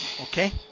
Okay